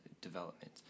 development